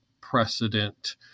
precedent